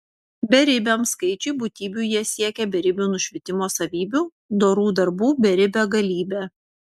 beribiam skaičiui būtybių jie siekia beribių nušvitimo savybių dorų darbų beribe galybe